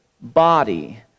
body